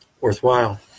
worthwhile